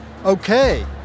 Okay